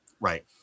Right